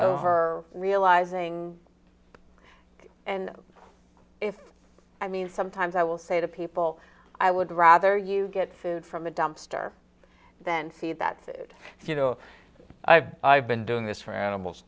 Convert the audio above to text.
crying realizing and if i mean sometimes i will say to people i would rather you get food from a dumpster than see that's you know i've i've been doing this for animals